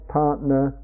partner